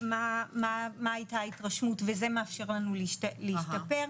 מה הייתה ההתרשמות וזה מאפשר לנו להשתפר,